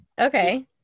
Okay